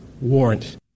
warrant